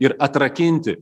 ir atrakinti